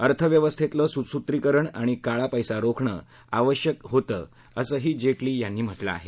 अर्थव्यवस्थेचं सुसुत्रीकरण आणि काळा पैसा रोखणं आवश्यक होतं असंही जेटली यांनी म्हटलं आहे